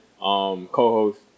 co-host